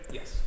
Yes